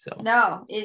No